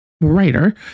writer